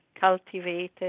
cultivated